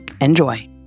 enjoy